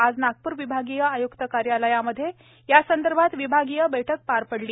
आज नागपूर विभागीय आयुक्त कार्यालयामध्ये यासंदर्भात विभागीय बैठक झाली